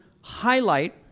highlight